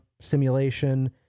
simulation